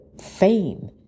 fame